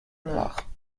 noire